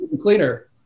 cleaner